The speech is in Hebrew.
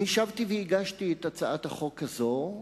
אני שבתי והגשתי את הצעת החוק הזאת,